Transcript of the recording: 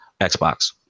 Xbox